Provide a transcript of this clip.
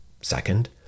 Second